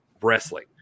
wrestling